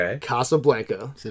Casablanca